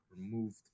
removed